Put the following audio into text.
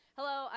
Hello